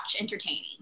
entertaining